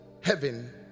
heaven